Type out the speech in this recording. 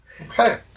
Okay